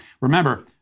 Remember